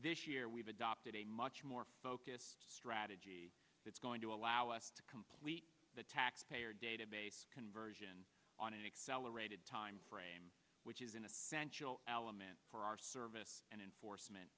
this year we've adopted a much more focused strategy that's going to allow us to complete the tax payer database conversion on an accelerated time frame which is in a mansion aliment for our service and enforcement